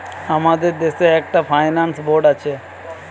আমাদের দেশে একটা ফাইন্যান্স বোর্ড আছে